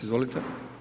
Izvolite.